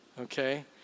Okay